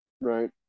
Right